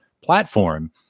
platform